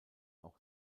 auch